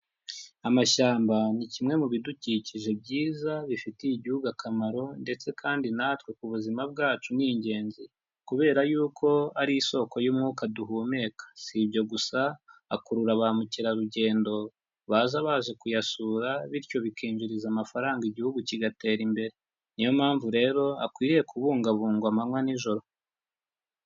Amashyamba ni kimwe mu bidukikije byiza bifitiye igihugu akamaro ndetse kandi natwe ku buzima bwacu ni ingenzi kubera yuko ari isoko y'umwuka duhumeka. Si ibyo gusa akurura ba mukerarugendo baza baje kuyasura bityo bikinjiriza amafaranga igihugu kigatera imbere. Niyo mpamvu rero akwiriye kubungabungwa amanwa n'ijoro.